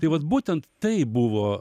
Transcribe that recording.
tai vat būtent tai buvo